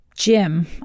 Jim